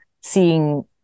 seeing